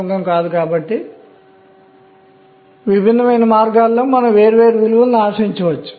ఆపై n 5 l 0 n l అనేది 5 గా ఉంది